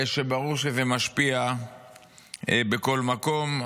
שזה ברור שזה משפיע בכל מקום.